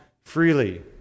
freely